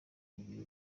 ibiro